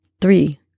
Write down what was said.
three